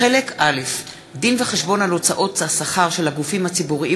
חלק א'; דין-וחשבון על הוצאות השכר של הגופים הציבוריים